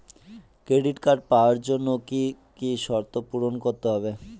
Credit card পাওয়ার জন্য কি কি শর্ত পূরণ করতে হবে?